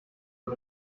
vor